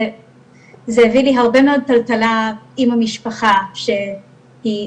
זה הביא לי הרבה מאוד טלטלה עם המשפחה שלי,